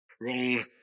wrong